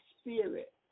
spirit